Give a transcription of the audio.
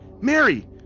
Mary